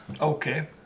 okay